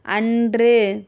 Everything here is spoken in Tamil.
அன்று